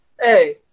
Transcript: hey